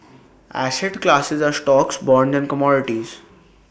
asset classes are stocks bonds and commodities